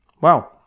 Wow